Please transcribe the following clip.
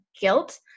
guilt